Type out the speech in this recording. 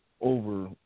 over